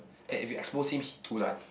and if you expose him he dulan